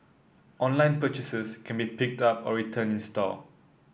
online purchases can be picked up or returned in store